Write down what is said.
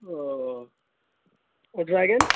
اوہ اور ڈریگن